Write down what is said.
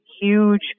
huge